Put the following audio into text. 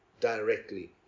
Directly